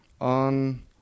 on